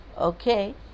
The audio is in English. Okay